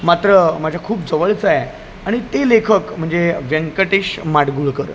मात्र माझ्या खूप जवळचं आहे आणि ते लेखक म्हणजे व्यंकटेश माडगूळकर